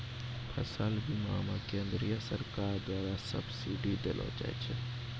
फसल बीमा मे केंद्रीय सरकारो द्वारा सब्सिडी देलो जाय छै